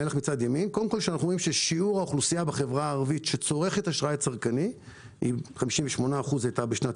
ימין ששיעור האוכלוסייה בחברה הערבית שצורכת אשראי צרכני היה 58% בשנת